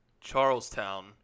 Charlestown